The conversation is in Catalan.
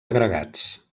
agregats